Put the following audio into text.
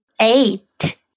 eight